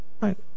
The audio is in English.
Right